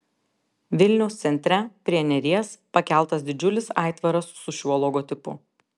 vilniaus centre prie neries pakeltas didžiulis aitvaras su šiuo logotipu